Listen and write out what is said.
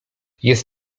jest